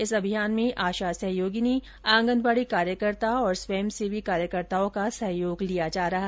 इस अभियान में आशा सहयोगिनी आंगनबाड़ी कार्यकर्ता और स्वयंसेवी कार्यकर्ताओं का सहयोग लिया जाएगा